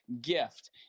gift